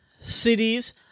cities